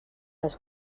les